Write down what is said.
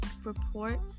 report